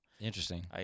Interesting